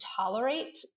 tolerate